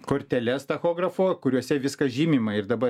korteles tachografo kuriuose viskas žymima ir dabar